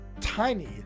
tiny